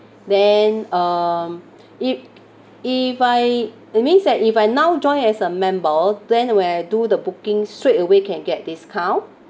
then um if if I that means that if I now join as a member then when I do the booking straight away can get discount